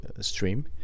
stream